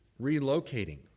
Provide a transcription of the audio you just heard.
relocating